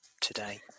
today